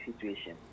situation